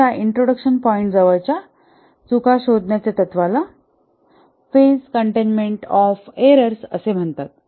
त्याच्या introduction point जवळच्या त्रुट्या शोधण्याच्या तत्त्वाला फेज कंटेनमेंट ऑफ एरर्स असे म्हणतात